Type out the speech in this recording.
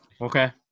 Okay